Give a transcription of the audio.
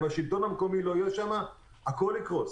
אם השלטון המקומי לא יהיה שם הכול יקרוס.